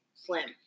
Slim